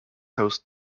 host